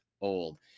old